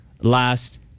last